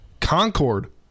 Concord